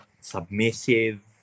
submissive